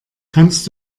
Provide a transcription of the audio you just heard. kannst